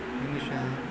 injection